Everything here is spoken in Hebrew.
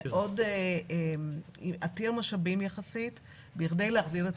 יחסית הוא עתיר משאבים כדי להחזיר את